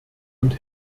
und